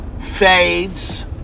fades